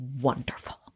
wonderful